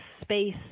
space